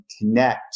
connect